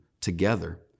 together